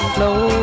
flow